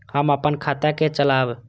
हम अपन खाता के चलाब?